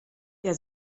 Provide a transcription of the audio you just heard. der